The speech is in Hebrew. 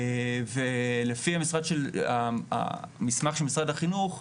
לפי המסמך של משרד החינוך,